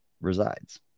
resides